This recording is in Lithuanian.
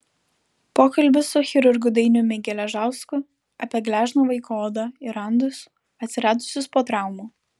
pokalbis su chirurgu dainiumi geležausku apie gležną vaiko odą ir randus atsiradusius po traumų